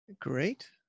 Great